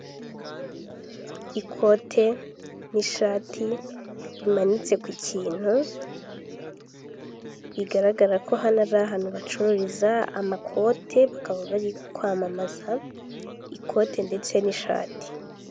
Ikote n'ishati bimanitse ku kintu bigaragara ko hano ari ahantu bacururiza amakote bakaba bari kwamamaza ikote ndetse n'ishati.